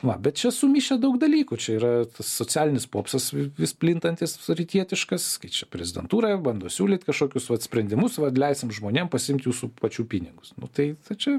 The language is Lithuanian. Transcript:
va bet čia sumišę daug dalykų čia yra socialinis popsas vis plintantis rytietiškas kaip čia prezidentūra bando siūlyt kažkokius vat sprendimus vat leisim žmonėm pasiimt jūsų pačių pinigus nu tai tai čia